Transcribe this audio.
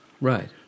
Right